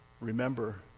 Remember